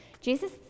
Jesus